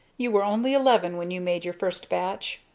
you were only eleven when you made your first batch.